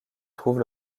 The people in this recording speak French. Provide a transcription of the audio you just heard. trouve